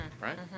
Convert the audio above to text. right